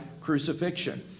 crucifixion